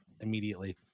immediately